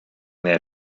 their